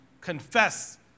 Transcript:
confess